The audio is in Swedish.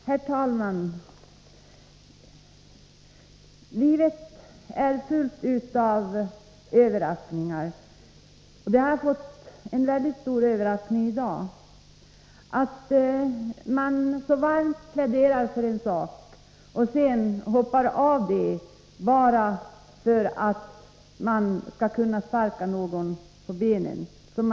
Herr talman! Livet är fullt av överraskningar. En väldigt stor överraskning i dag är att man så varmt pläderar för en sak och sedan hoppar av den för att man skall kunna sparka någon på benen.